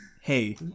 hey